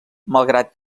malgrat